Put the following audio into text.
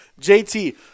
JT